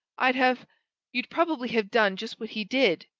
i'd have you'd probably have done just what he did!